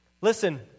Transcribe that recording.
Listen